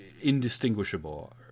indistinguishable